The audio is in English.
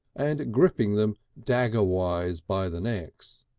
and gripping them dagger-wise by the necks.